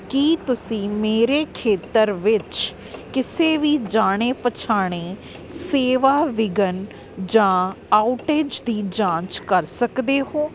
ਕੀ ਤੁਸੀਂ ਮੇਰੇ ਖੇਤਰ ਵਿੱਚ ਕਿਸੇ ਵੀ ਜਾਣੇ ਪਛਾਣੇ ਸੇਵਾ ਵਿਘਨ ਜਾਂ ਆਉਟੇਜ ਦੀ ਜਾਂਚ ਕਰ ਸਕਦੇ ਹੋ